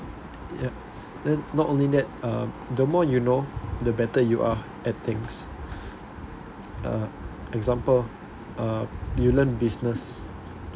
ya then not only that um the more you know the better you are at things uh example uh you learn business uh